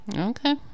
Okay